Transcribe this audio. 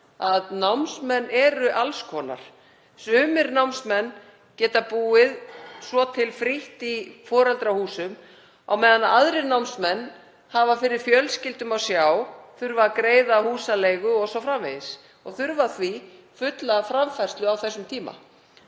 námsmenn eru alls konar. Sumir námsmenn geta búið svo til frítt í foreldrahúsum en aðrir námsmenn hafa fyrir fjölskyldu að sjá, þurfa að greiða húsaleigu o.s.frv. og þurfa því fulla framfærslu á þessum tíma